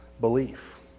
belief